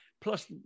plus